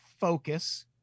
focus